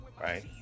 right